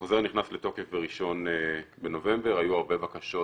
החוזר נכנס לתוקף ב-1 בנובמבר, היו הרבה בקשות